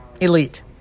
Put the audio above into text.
Elite